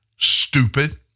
stupid